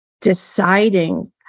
deciding